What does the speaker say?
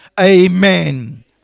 Amen